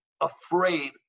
afraid